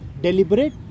Deliberate